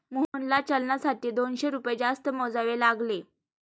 मोहनला चलनासाठी दोनशे रुपये जास्त मोजावे लागले